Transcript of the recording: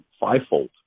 fivefold